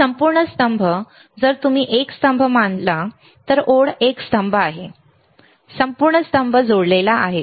हा संपूर्ण स्तंभ जर तुम्ही हा एक स्तंभ मानला तर ओळ एक स्तंभ आहे संपूर्ण स्तंभ जोडलेला आहे